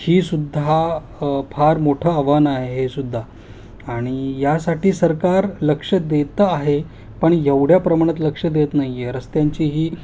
हीसुद्धा फार मोठं आव्हान आहे हेसुद्धा आणि यासाठी सरकार लक्ष देतं आहे पण एवढ्या प्रमाणात लक्ष देत नाही आहे रस्त्यांचीही